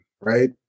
right